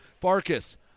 Farkas